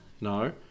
No